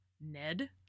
Ned